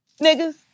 niggas